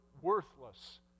worthless